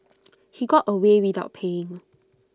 he got away without paying